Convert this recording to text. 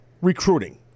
Recruiting